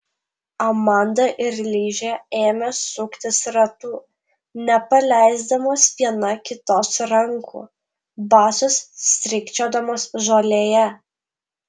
amanda ir ližė ėmė suktis ratu nepaleisdamos viena kitos rankų basos strykčiodamos žolėje